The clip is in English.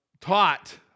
taught